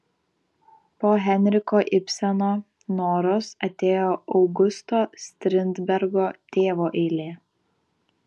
po henriko ibseno noros atėjo augusto strindbergo tėvo eilė